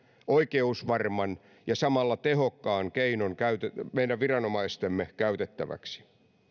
oikeusvarman ja samalla tehokkaan keinon meidän viranomaistemme käytettäväksi